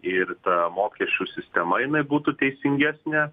ir ta mokesčių sistema jinai būtų teisingesnė